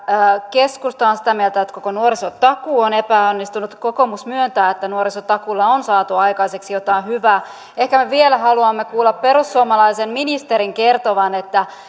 keskusta on sitä mieltä että koko nuorisotakuu on epäonnistunut kokoomus myöntää että nuorisotakuulla on saatu aikaiseksi jotain hyvää ehkä me vielä haluamme kuulla perussuomalaisen ministerin kertovan